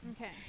Okay